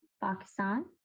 Pakistan